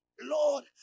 Lord